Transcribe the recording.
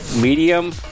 medium